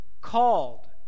called